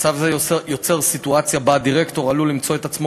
מצב זה יוצר סיטואציה שבה הדירקטור עלול למצוא את עצמו